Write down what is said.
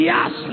Yes